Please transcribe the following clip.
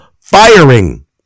firing